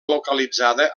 localitzada